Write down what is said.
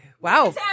Wow